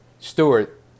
Stewart